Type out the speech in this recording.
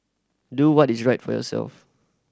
do what is right for yourself